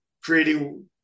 creating